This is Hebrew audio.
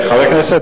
חבר הכנסת